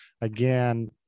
again